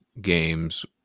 games